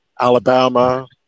Alabama